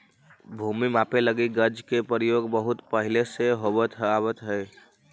भूमि मापे लगी गज के प्रयोग बहुत पहिले से होवित आवित हइ